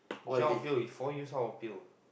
cannot appeal he four years how appeal